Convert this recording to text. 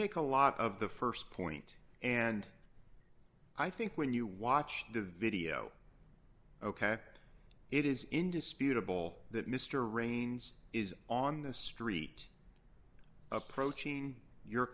make a lot of the st point and i think when you watch the video ok it is indisputable that mr raines is on the street approaching your